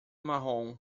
marrom